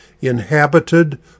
inhabited